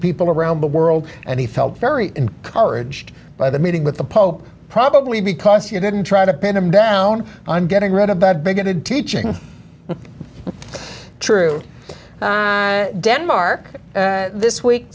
people around the world and he felt very coverage by the meeting with the pope probably because you didn't try to pin him down i'm getting rid of that bigoted teaching true denmark this week